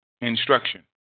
instruction